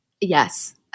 Yes